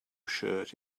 shirt